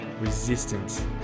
resistance